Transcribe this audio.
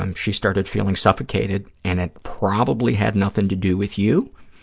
um she started feeling suffocated and it probably had nothing to do with you,